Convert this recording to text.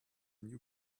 new